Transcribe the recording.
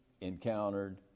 encountered